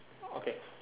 okay